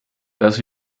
dass